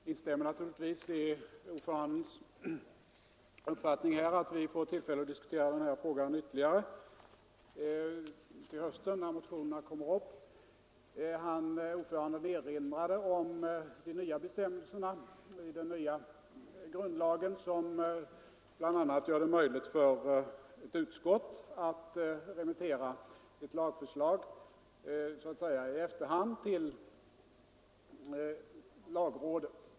Herr talman! Jag delar naturligtvis utskottsordförandens uppfattning att vi får tillfälle att mera ingående diskutera denna fråga till hösten när de nämnda motionerna kommer upp. Utskottets ordförande erinrade om bestämmelserna i den nya grundlagen, som bl.a. gör det möjligt för ett utskott att remittera ett lagförslag ”i efterhand” till lagrådet.